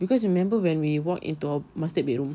because remember when we walk into our master bedroom